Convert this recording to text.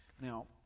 Now